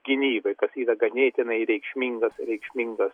gynybai kas yra ganėtinai reikšmingas reikšmingas